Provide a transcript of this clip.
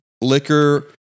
liquor